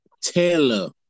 Taylor